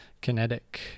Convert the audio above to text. kinetic